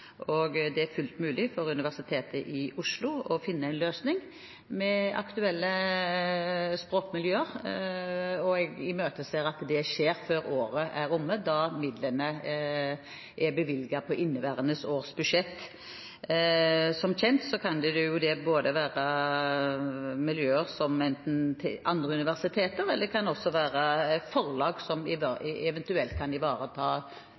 og det er fullt mulig for Universitetet i Oslo å finne en løsning med aktuelle språkmiljøer, og jeg imøteser at det skjer før året er omme, da midlene er bevilget på inneværende års budsjett. Som kjent kan det både være miljøer som andre universiteter, men det kan også være forlag, som eventuelt kan ivareta